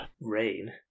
Rain